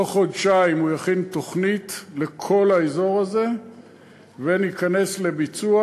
בתוך חודשיים הוא יכין תוכנית לכל האזור הזה וניכנס לביצוע.